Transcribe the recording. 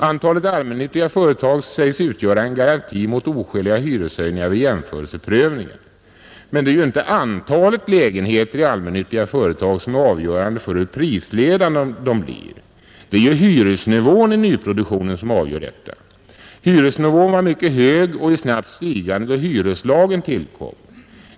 Antalet allmännyttiga företag sägs utgöra en garanti mot oskäliga hyreshöjningar vid jämförelseprövning, men det är inte antalet lägenheter i allmännyttiga företag som är avgörande för hur prisledande de blir. Det är i stället hyresnivån vid nyproduktionen som avgör detta. Hyresnivån var mycket hög och i snabbt stigande när hyreslagen tillkom.